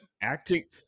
acting